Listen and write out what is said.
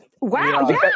Wow